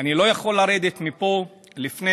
אני לא יכול לרדת מפה לפני